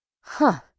Huh